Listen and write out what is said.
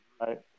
right